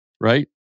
Right